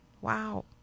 Wow